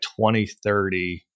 2030